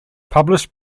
published